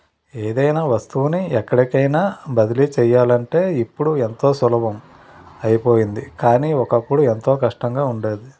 ఏదైనా వస్తువుని ఎక్కడికైన బదిలీ చెయ్యాలంటే ఇప్పుడు ఎంతో సులభం అయిపోయింది కానీ, ఒకప్పుడు ఎంతో కష్టంగా ఉండేది